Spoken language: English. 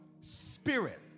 Spirit